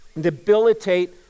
debilitate